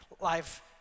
Life